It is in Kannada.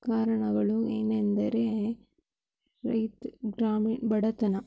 ಕಾರಣಗಳು ಏನೆಂದರೆ ರೈತ ಗ್ರಾಮೀಣ ಬಡತನ